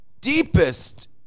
deepest